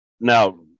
now